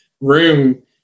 room